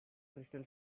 crystal